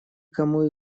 кому